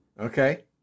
Okay